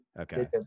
okay